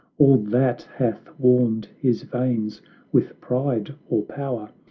all that hath warmed his veins with pride or power,